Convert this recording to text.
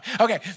Okay